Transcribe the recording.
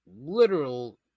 literal